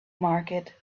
market